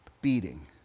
beating